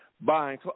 buying